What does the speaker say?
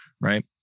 Right